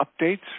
updates